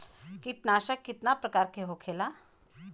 कीटनाशक कितना प्रकार के होखेला?